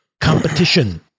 competition